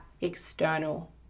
external